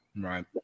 Right